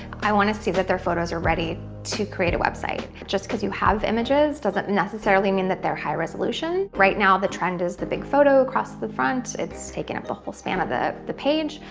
i want to see that their photos are ready to create a website. just because you have images doesn't necessarily mean that they're high resolution. right now the trend is the big photo across the front it's taking up the whole span of the the page.